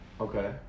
Okay